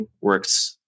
works